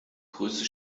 größte